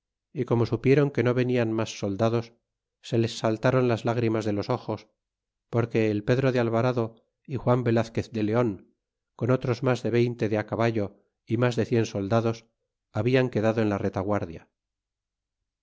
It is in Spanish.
y como supiéron que no venian mas soldados se les saltaron las lágrimas de los ojos porque el pedro de alvarado y juan velazquez de leon con otros mas de veinte de caballo y mas de cien soldados habian quedado en la retaguarda